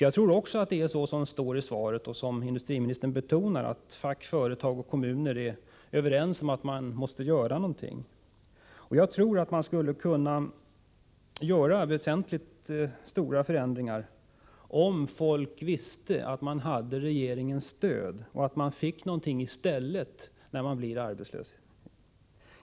Jag tror också att det är så som det står i svaret och som industriministern betonar, att fack, företag och kommuner är överens om att något måste göras. Man skulle nog kunna göra betydligt större förändringar, om de anställda visste att de hade regeringens stöd och fick något annat i stället när de blir arbetslösa.